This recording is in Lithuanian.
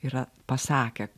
yra pasakę